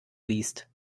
liest